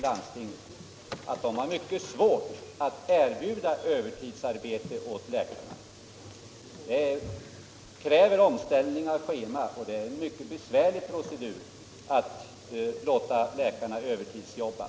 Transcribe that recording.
Landstinget har ofta mycket svårt att erbjuda läkarna övertidsarbete — det kräver schemaomläggningar och är en mycket besvärlig procedur att låta läkarna övertidsjobba.